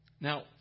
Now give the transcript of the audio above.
Now